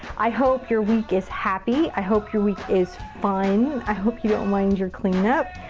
i hope your week is happy. i hope your week is fun. i hope you don't mind your clean up.